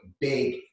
big